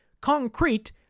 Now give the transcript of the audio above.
concrete